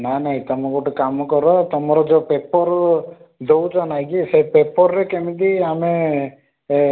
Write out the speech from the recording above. ନା ନାଇ ତମେ ଗୋଟେ କାମ କର ତମର ଯେଉଁ ପେପର୍ ଦେଉଛ ନାଇ କି ସେ ପେପର୍ ରେ କେମିତି ଆମେ ଏ